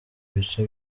bice